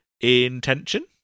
intention